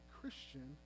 Christian